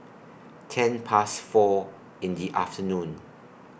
ten Past four in The afternoon